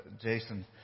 Jason